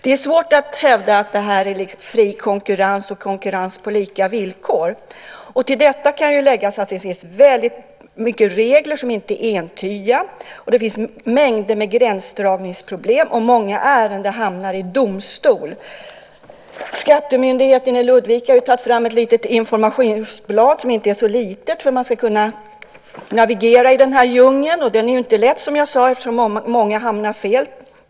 Det är svårt att hävda att detta är fri konkurrens och konkurrens på lika villkor. Till detta kan läggas att det finns väldigt många regler som inte är entydiga och att det finns mängder av gränsdragningsproblem, och många ärenden hamnar i domstol. Skattemyndigheten i Ludvika vill ta fram ett litet informationsblad, som inte är så litet, för att man ska kunna navigera i den här djungeln. Och det är inte lätt, som jag sade, eftersom många hamnar fel.